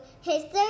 History